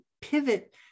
pivot